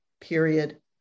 period